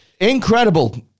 incredible